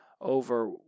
over